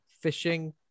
fishing